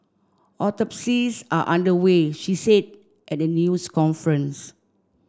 autopsies are under way she said at a news conference